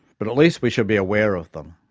but at least we should be aware of them.